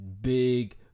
Big